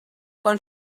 quan